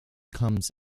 comes